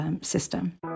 system